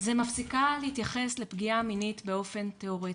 היא מפסיקה להתייחס לפגיעה מינית באופן תיאורטי.